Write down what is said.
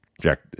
Jack